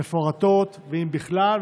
מפורטות, אם בכלל?